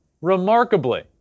remarkably